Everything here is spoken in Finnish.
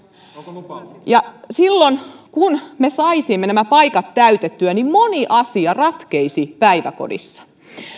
ja silloin kun me saisimme nämä paikat täytettyä moni asia ratkeaisi päiväkodissa